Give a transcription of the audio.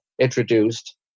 introduced